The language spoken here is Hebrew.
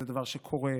זה דבר שקורה,